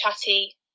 chatty